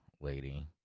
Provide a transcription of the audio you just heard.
lady